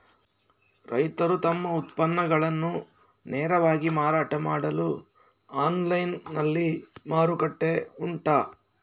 ರೈತರು ತಮ್ಮ ಉತ್ಪನ್ನಗಳನ್ನು ನೇರವಾಗಿ ಮಾರಾಟ ಮಾಡಲು ಆನ್ಲೈನ್ ನಲ್ಲಿ ಮಾರುಕಟ್ಟೆ ಉಂಟಾ?